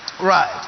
Right